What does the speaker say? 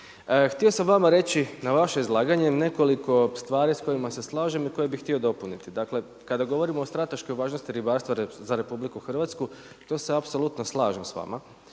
htio sam vama reći na vaše izlaganje nekoliko stvari s kojima se slažem i koje bi htio dopuniti. Dakle kada govorimo o strateškoj važnosti ribarstva za RH, to se apsolutno slažem s vama,